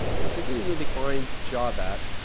and what they do a really fine job at,